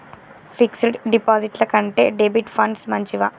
Fix డ్ డిపాజిట్ల కంటే డెబిట్ ఫండ్స్ మంచివా?